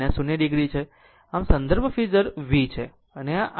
આમ આ સંદર્ભ ફેઝર V છે અને આ i છે